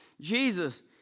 Jesus